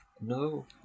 No